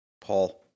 Paul